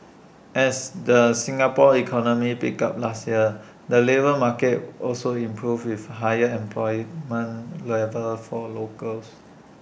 as the Singapore economy picked up last year the labour market also improved with higher employment levels for locals